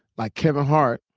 like kevin hart